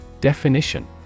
Definition